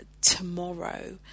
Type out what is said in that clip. tomorrow